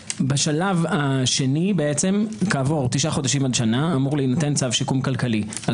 בשלב השני כעבור תשעה חודשים עד שנה אמור להינתן צו שיקום כלכלי על